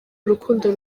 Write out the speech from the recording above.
urukundo